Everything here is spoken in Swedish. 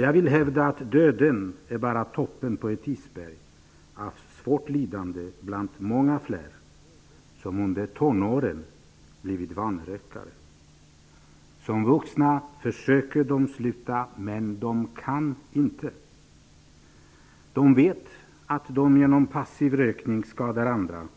Jag vill hävda att döden bara är toppen på ett isberg av svårt lidande bland många fler som under tonåren har blivit vanerökare. Som vuxna försöker de att sluta, men de kan inte. De vet att de genom passiv rökning skadar andra,